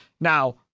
Now